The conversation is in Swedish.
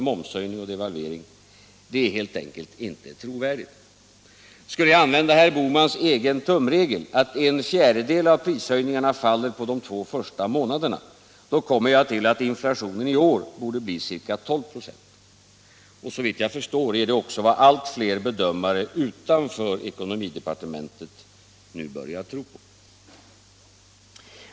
momshöjning och devalvering är helt enkelt inte trovärdigt. Skulle jag använda herr Bohmans egen tumregel, att en fjärdedel av prishöjningarna faller på de två första månaderna, kommer jag fram till slutsatsen att inflationen i år skulle bli ca 12 96. Såvitt jag förstår är det detta som också allt fler bedömare utanför ekonomidepartementet nu börjar tro på.